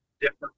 different